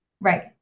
Right